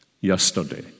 yesterday